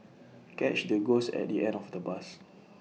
catch the ghost at the end of the bus